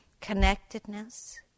connectedness